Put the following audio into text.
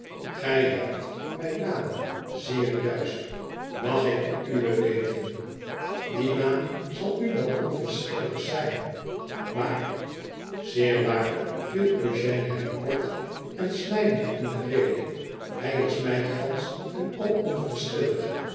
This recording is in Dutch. gij hebt mijn naam zeer juist mag ik den uwen weten idie naam zal u wel onverschillig zijn maar tzeer waar viel eugène hem kort en snijdend in de rede thij is mij gansch en al